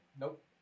Nope